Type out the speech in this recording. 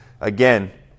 Again